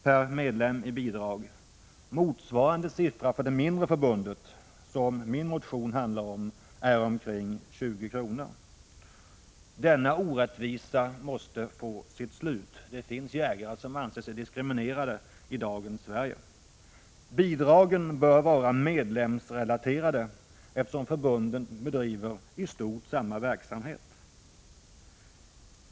per medlem i bidrag. Motsvarande siffra för det mindre förbundet, som min motion handlar om, är omkring 20 kr. Denna orättvisa måste få ett slut. Det finns jägare som anser sig diskriminerade i dagens Sverige. Bidragen bör vara medlemsrelaterade, eftersom förbunden bedriver i stort sett samma verksamhet.